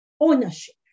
ownership